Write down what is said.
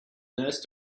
nurse